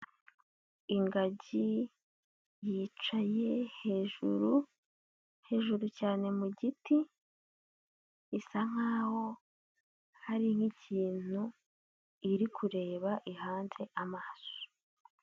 Ingagi yicaye hejuru hejuru cyane mu giti, isa nkaho hari nk'ikintu iri kureba ihanze amaso.